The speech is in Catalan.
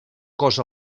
cos